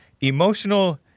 emotional